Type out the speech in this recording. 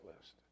list